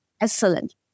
Excellent